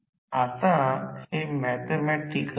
तर आता हे समकक्ष सर्किट आहे आता ते F2 sf आहे